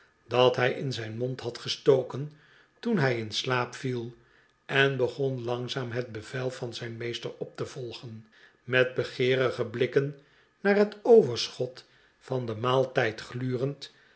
dat hij in zijn mond had gestoken toen hij in slaap viel en begon langzaam net bevel van zijn meester op te volgen met begeerige blikken naar het overschot van den maaltijd glurend